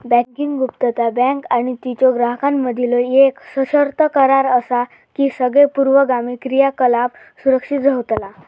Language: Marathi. बँकिंग गुप्तता, बँक आणि तिच्यो ग्राहकांमधीलो येक सशर्त करार असा की सगळे पूर्वगामी क्रियाकलाप सुरक्षित रव्हतला